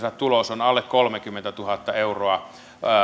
tulos on alle kolmekymmentätuhatta euroa